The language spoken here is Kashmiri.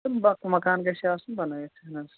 تہٕ بہ مکان گَژھِ آسُن بنٲوِتھ اَہن حظ